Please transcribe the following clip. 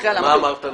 מה אמרת לו?